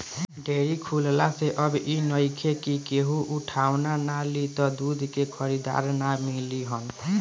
dairy खुलला से अब इ नइखे कि केहू उठवाना ना लि त दूध के खरीदार ना मिली हन